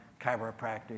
chiropractic